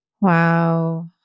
Wow